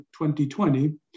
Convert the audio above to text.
2020